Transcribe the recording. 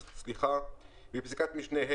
; בפסקת משנה (ד),